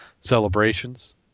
celebrations